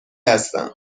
هستم